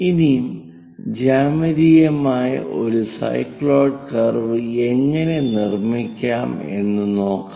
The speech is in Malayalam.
ഇനി ജ്യാമിതീയമായി ഒരു സൈക്ലോയിഡ് കർവ് എങ്ങനെ നിർമ്മിക്കാം എന്ന് നോക്കാം